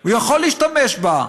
והוא יכול להשתמש בה.